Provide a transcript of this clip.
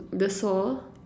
the saw